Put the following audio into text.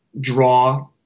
draw